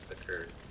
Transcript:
occurred